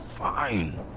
Fine